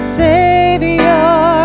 savior